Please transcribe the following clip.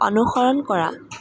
অনুসৰণ কৰা